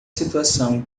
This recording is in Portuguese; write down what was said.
situação